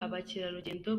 abakerarugendo